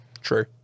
True